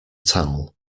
towel